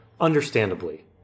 understandably